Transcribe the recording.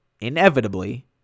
inevitably